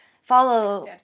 Follow